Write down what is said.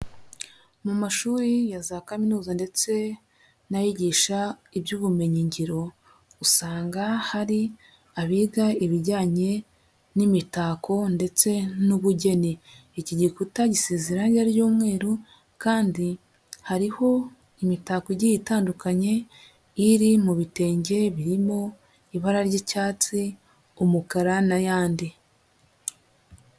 Mu mashuri ya za kaminuza ndetse n'ayigisha iby'ubumenyin ngiro, usanga hari abiga ibijyanye n'imitako ndetse n'ubugeni. Iki gikuta giseze ry'umweru, kandi hariho imitako igiye itandukanye iri mu bi bitenge birimo ibara ry'icyatsi, umukara, n'ayandi.